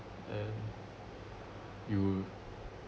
and you